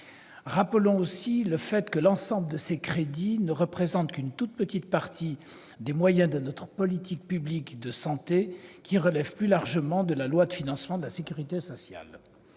rappelons-le aussi, ne représentent qu'une toute petite partie des moyens de notre politique publique de santé, qui relève plus largement de la loi de financement de la sécurité sociale.